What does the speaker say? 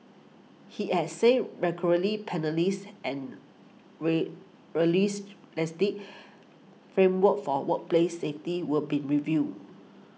he had said and ray framework for workplace safety were being reviewed